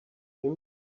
him